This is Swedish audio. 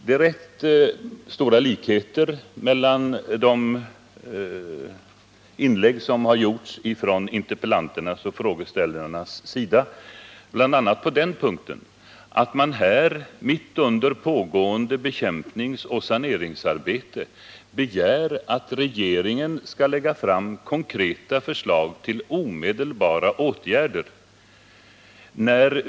Det råder rätt stora likheter mellan de inlägg som gjorts från interpellanternas och frågeställarnas sida också på det sättet att man begär att mitt under pågående bekämpningsoch saneringsarbete skall regeringen lägga fram förslag till konkreta åtgärder.